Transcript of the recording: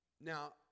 Now